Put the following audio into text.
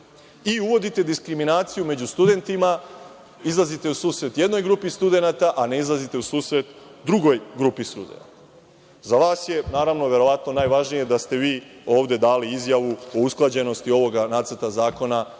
i uvodite diskriminaciju među studentima, izlazite u susret jednoj grupi studenata, a ne izlazite u susret drugoj grupi studenata. Za vas je, naravno, verovatno najvažnije da ste vi ovde dali izjavu o usklađenosti ovoga nacrta zakona